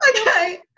Okay